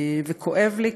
וכואב לי,